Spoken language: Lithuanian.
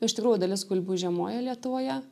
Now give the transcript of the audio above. iš tikrųjų dalis gulbių žiemoja lietuvoje